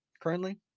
currently